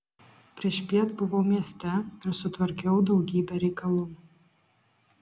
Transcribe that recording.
priešpiet buvau mieste ir sutvarkiau daugybę reikalų